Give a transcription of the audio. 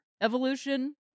Evolution